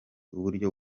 uburyo